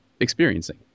experiencing